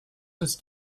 ist